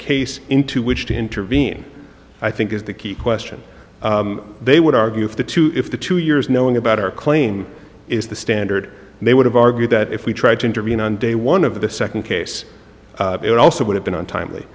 case into which to intervene i think is the key question they would argue if the two if the two years knowing about our claim is the standard they would have argued that if we tried to intervene on day one of the second case it also would have been untimely